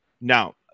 Now